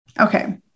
Okay